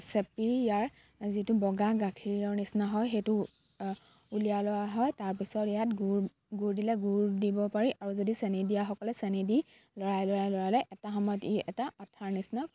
চেপি ইয়াৰ যিটো বগা গাখীৰৰ নিচিনা হয় সেইটো উলিয়াই লোৱা হয় তাৰ পিছত ইয়াত গুড় গুড় দিলে গুড় দিব পাৰি আৰু যদি চেনি দিয়াসকলে চেনি দি লৰাই লৰাই লৰাই লৰাই এটা সময়ত ই এটা আঠাৰ নিচিনা